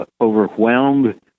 overwhelmed